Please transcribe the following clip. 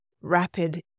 rapid